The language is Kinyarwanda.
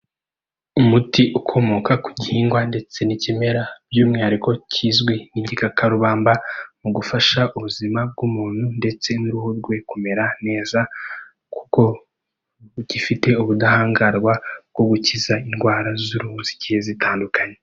Umuti ukomoka ku gihingwa ndetse n'ikimera by'umwihariko kizwi nk'igikakarubamba, mu gufasha ubuzima bw'umuntu ndetse n'uruhu rwe kumera neza kuko gifite ubudahangarwa bwo gukiza indwara z'uruhu zigiye zitandukanye.